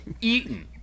eaten